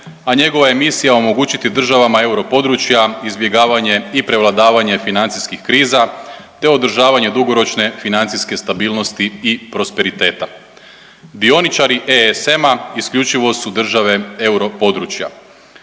a njegova je misija omogućiti državama europodručja izbjegavanje i prevladavanje financijskih kriza te održavanje dugoročne financijske stabilnosti i prosperiteta. Dioničari EES-a isključivo su države europodručja.